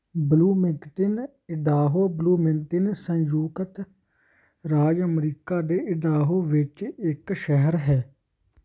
Bloomington Idaho Bloomington ਸੰਯੁਕਤ ਰਾਜ America ਦੇ ਇਡਾਹੋ ਵਿੱਚ ਇੱਕ ਸ਼ਹਿਰ ਹੈ